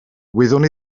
wyddwn